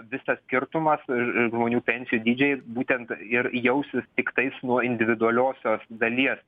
visas skirtumas ir ir žmonių pensijų dydžiai būtent ir jausis tiktais nuo individualiosios dalies